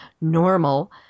normal